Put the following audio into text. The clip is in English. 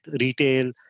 retail